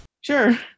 sure